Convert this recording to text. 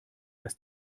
als